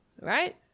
right